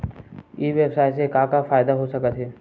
ई व्यवसाय से का का फ़ायदा हो सकत हे?